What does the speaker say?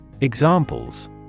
Examples